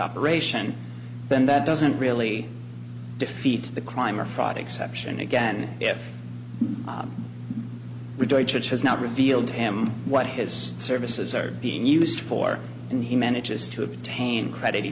operation that that doesn't really defeat the crime or fraud exception again if which has not revealed to him what his services are being used for and he manages to obtain credit he